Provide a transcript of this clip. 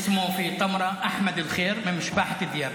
(אומר בערבית: שמו בטמרה אחמד אלחיר,) ממשפחת א-דיאב.